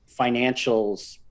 financials